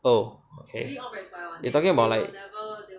oh okay you talking about like